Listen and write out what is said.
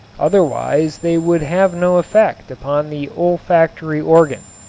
otherwise they would have no effect upon the olfactory organ.